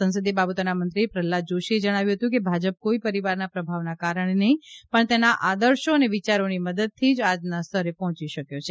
સંસદિય બાબતોના મંત્રી પ્રહલાદ જાશીએ જણાવ્યું હતું કે ભાજપ કોઇ પરિવારના પ્રભાવના કારણે નહીં પણ તેના આદર્શો અને વિચારોની મદદથી જ આજના સ્તરે પહોંચી શક્યો છે